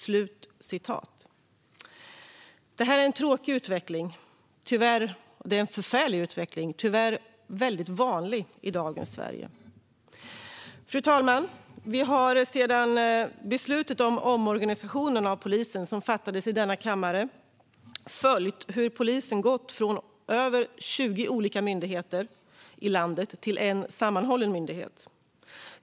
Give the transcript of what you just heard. Detta är en förfärlig utveckling, som tyvärr är väldigt vanlig i dagens Sverige. Fru talman! Vi har sedan beslutet om omorganisationen av polisen fattades i denna kammare följt hur polisen gått från över 20 olika myndigheter i landet till en sammanhållen myndighet.